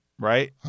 right